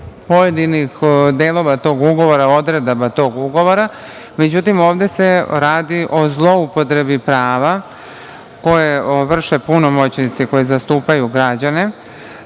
pojedinih delova tog ugovora, odredaba ugovora, međutim, ovde se radi o zloupotrebi prava koje vrše punomoćnici koji zastupaju građane,